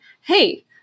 hey